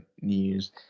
news